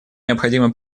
необходимо